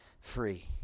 free